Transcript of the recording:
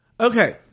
okay